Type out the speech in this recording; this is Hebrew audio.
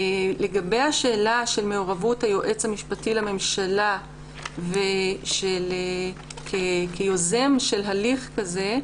לגבי שאלת מעורבות היועץ המשפטי לממשלה כיוזם של הליך כזה,